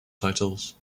titles